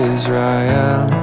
Israel